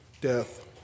death